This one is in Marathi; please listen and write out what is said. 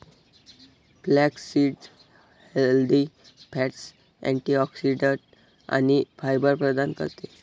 फ्लॅक्ससीड हेल्दी फॅट्स, अँटिऑक्सिडंट्स आणि फायबर प्रदान करते